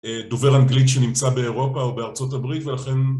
דובר אנגלית שנמצא באירופה או בארה״ב ולכן